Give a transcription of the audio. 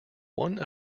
one